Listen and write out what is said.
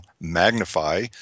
magnify